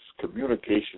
communication